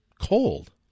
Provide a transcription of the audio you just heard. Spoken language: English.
cold